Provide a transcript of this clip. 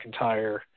McIntyre